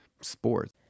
sports